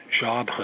job